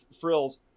frills